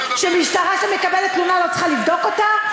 שמשטרה שמקבלת תלונה לא צריכה לבדוק אותה?